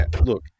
look